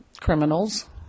criminals